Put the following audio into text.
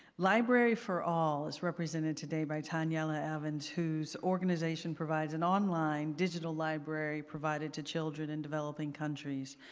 library for all is represented today by tanyella evans whose organization provides an online digital library provided to children and developing countries.